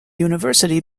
university